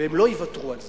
והם לא יוותרו על זה.